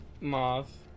moth